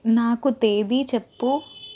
నాకు తేదీ చెప్పు